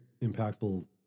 impactful